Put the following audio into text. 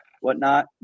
whatnot